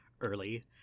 early